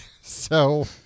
so-